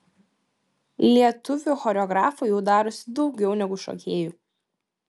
lietuvių choreografų jau darosi daugiau negu šokėjų